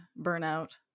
burnout